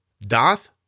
Doth